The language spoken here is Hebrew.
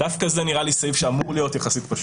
דווקא זה נראה לי סעיף שאמור להיות יחסית פשוט.